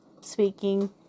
speaking